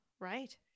Right